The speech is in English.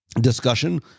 discussion